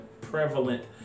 prevalent